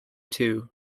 two